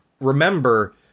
Remember